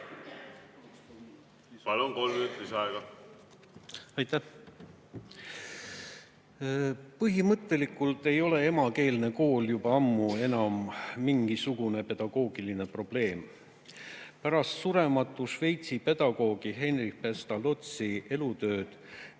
"Põhimõtteliselt ei ole emakeelne kool juba ammu enam mingisugune pedagoogiline probleem. Pärast surematu Šveitsi pedagoogi Heinrich Pestalozzi elutööd